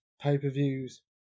pay-per-views